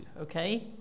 okay